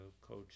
coach